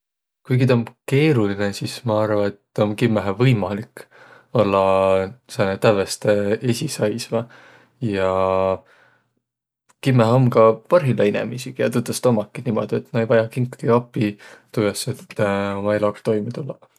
Kuigi tuu om keerulinõ, sis ma arva, et tuu om kimmähe võimalik ollaq sääne tävveste esiqsaisva. Ja kimmähe om ka parhilla inemiisi, kiä tõtõstõ ommaki niimodu, et nä ei vajaq kinkagi api tuujaos, et uma eloga toimõ tullaq.